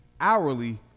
hourly